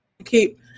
keep